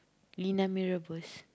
Lina mee-rebus